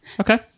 Okay